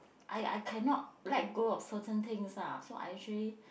I I cannot let go of certain things lah so I actually